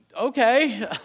Okay